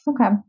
Okay